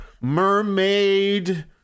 mermaid